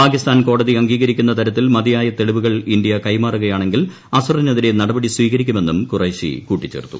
പാകിസ്ഥാൻ കോടതി അംഗീകരിക്കുന്ന തരത്തിൽ മതിയായ തെളിവുകൾ ഇന്ത്യ കൈമാറുകയാണെങ്കിൽ അസറിനെതിരെ നടപടി സ്വീകരിക്കുമെന്നും ഖുറൈശി കൂട്ടിച്ചേർത്തു